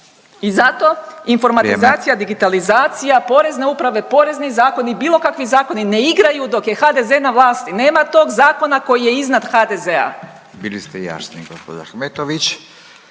Radin: Vrijeme./… … digitalizacija Porezne uprave, porezni zakoni, bilo kakvi zakoni ne igraju dok je HDZ na vlasti. Nema tog zakona koji je iznad HDZ-a. **Radin, Furio